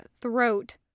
throat